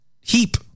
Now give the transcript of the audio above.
heap